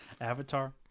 Avatar